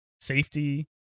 safety